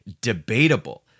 debatable